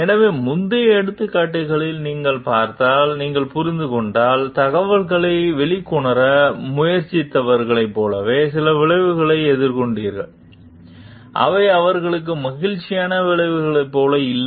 எனவே முந்தைய எடுத்துக்காட்டுகளில் நீங்கள் பார்த்தால் நீங்கள் புரிந்து கொண்டால் தகவல்களை வெளிக்கொணர முயற்சித்தவர்களைப் போலவே சில விளைவுகளை எதிர்கொண்டீர்கள் அவை அவர்களுக்கு மகிழ்ச்சியான விளைவுகளைப் போல இல்லை